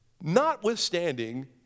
notwithstanding